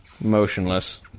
Motionless